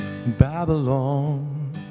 Babylon